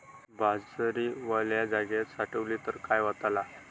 बाजरी वल्या जागेत साठवली तर काय होताला?